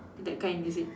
that kind you see